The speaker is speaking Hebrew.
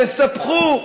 תספחו.